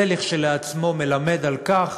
זה כשלעצמו מלמד על כך